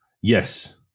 Yes